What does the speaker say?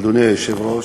אדוני היושב-ראש,